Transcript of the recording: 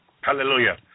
Hallelujah